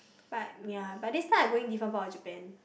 but ya but this time I going different part of Japan